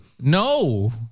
No